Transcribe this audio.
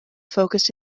focused